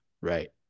right